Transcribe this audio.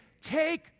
take